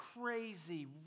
crazy